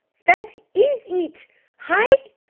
fat is eet hay?